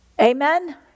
Amen